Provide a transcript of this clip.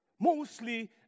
Mostly